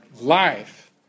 Life